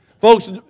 Folks